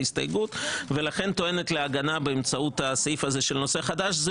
להסתייגות ולכן טוענת להגנה באמצעות הסעיף הזה של נושא חדש.